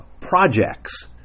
projects